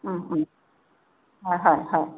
হয় হয় হয়